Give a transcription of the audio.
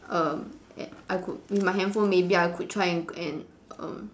um a~ I could with my handphone maybe I could try and and um